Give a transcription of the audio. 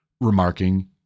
remarking